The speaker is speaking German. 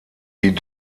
die